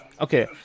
okay